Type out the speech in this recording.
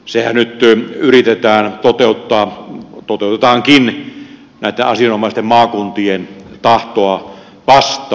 sehän nyt yritetään toteuttaa toteutetaankin näitten asianomaisten maakuntien tahtoa vastaan